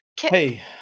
Hey